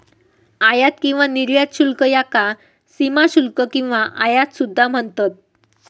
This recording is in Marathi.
आयात किंवा निर्यात शुल्क याका सीमाशुल्क किंवा आयात सुद्धा म्हणतत